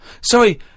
Sorry